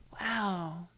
Wow